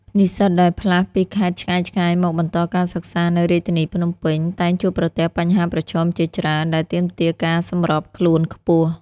និស្សិតដែលផ្លាស់ពីខេត្តឆ្ងាយៗមកបន្តការសិក្សានៅរាជធានីភ្នំពេញ តែងជួបប្រទះបញ្ហាប្រឈមជាច្រើនដែលទាមទារការសម្របខ្លួនខ្ពស់។